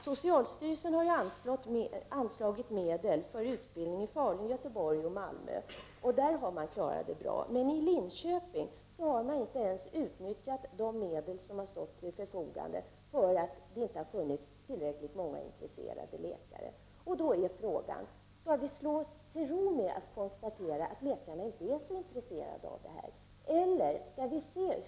Socialstyrelsen har anslagit medel för utbildning i Falun, Göteborg och Malmö, där man klarat detta på ett bra sätt. Men i Linköping har man inte ens utnyttjat de medel som har stått till förfogande, eftersom det inte har funnits tillräckligt många intresserade läkare. Då är frågan: Skall vi slå oss till ro med att konstatera att läkarna inte är så intresserade av detta?